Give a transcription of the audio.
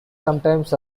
sometimes